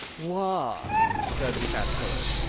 why? said the caterpillar.